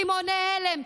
רימוני הלם,